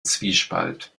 zwiespalt